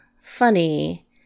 funny